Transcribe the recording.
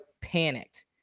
panicked